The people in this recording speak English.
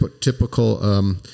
typical